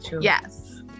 yes